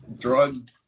drug